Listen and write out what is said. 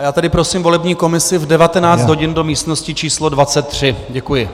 Já tedy prosím volební komisi v 19 hodin do místnosti číslo 23. Děkuji.